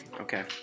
okay